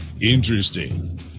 interesting